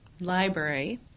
Library